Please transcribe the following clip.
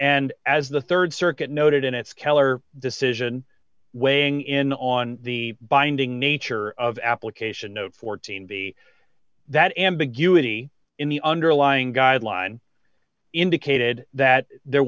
and as the rd circuit noted in its keller decision weighing in on the binding nature of application no fourteen b that ambiguity in the underlying guideline indicated that there